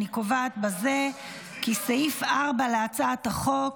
אני קובעת בזה כי סעיף 4 להצעת החוק,